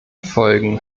folgen